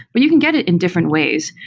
but you can get it in different ways.